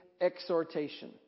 exhortation